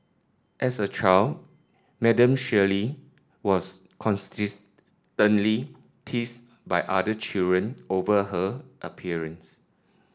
as a child Madam Shirley was constantly teased by other children over her appearance